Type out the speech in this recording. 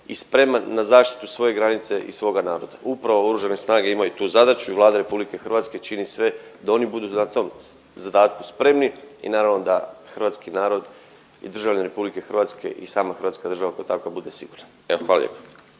i spreman na zaštitu svoje granice i svoga naroda. Upravo Oružane snage imaju tu zadaću i Vlada RH čini sve da oni budu na tom zadatku spremni i naravno da hrvatski narod i državljani Republike Hrvatske i sama Hrvatska država kao takva bude sigurna. Evo hvala lijepa.